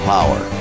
Power